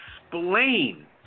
explain